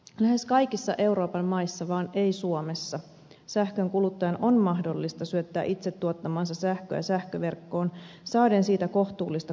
lähes kaikissa euroopan maissa vaan ei suomessa sähkönkuluttajan on mahdollista syöttää itse tuottamaansa sähköä sähköverkkoon saaden siitä kohtuullista korvausta